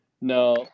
No